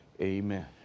amen